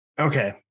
Okay